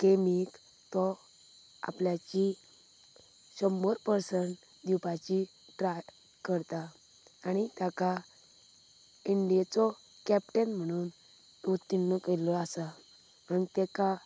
गेमीक तो आपल्याची शंबर पर्संट दिवपाची ट्राय करता आनी ताका इंडियेचो कॅप्टन म्हणून उत्तीर्ण केल्लो आसा आनी तेका